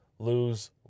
lose